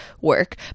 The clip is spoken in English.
work